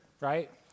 right